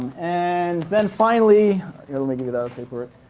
and then, finally here, let me give you that, i'll pay for it.